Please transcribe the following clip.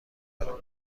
برام